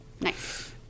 Nice